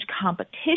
competition